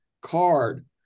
Card